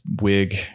wig